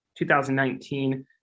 2019